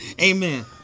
Amen